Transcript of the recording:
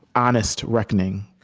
honest reckoning,